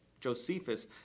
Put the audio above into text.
Josephus